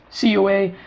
COA